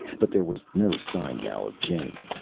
but there was no sign now of jenny.